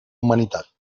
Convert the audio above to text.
humanitat